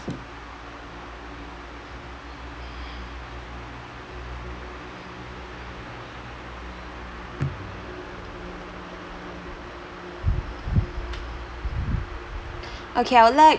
okay I'll like